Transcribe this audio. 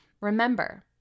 Remember